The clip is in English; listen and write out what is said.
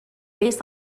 based